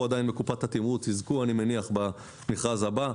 בקופת התמרוץ ואני מניח שיזכו במכרז הבא.